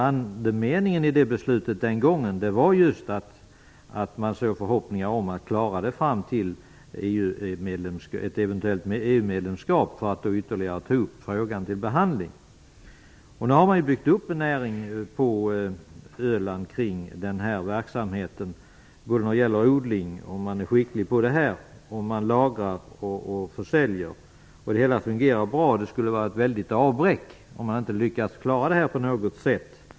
Andemeningen i det beslut som fattades den gången var just att man hade förhoppningar om att klara odlingen fram till ett eventuellt EU-medlemskap, för att då ytterligare ta upp frågan till behandling. Nu har man byggt upp en näring på Öland kring denna verksamhet både vad gäller odling, lagring och försäljning. Man är skicklig på det. Det hela fungerar bra. Det skulle vara ett väldigt avbräck om man inte lyckades klara det på något sätt.